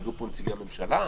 היו פה נציגי הממשלה,